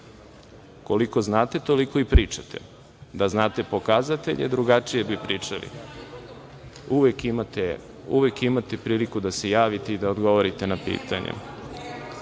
koliko znate, toliko i pričate, da znate pokazatelje, drugačije bi pričali i uvek imate priliku da se javite i da odgovorite na pitanja. Evo